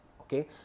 okay